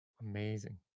Amazing